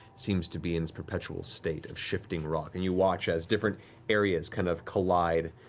seems to be in this perpetual state of shifting rock. and you watch as different areas kind of collide.